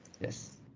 Yes